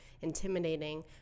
intimidating